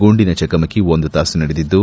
ಗುಂಡಿನ ಚಕಮಕಿ ಒಂದು ತಾಸು ನಡೆದಿದ್ದು